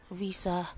visa